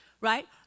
Right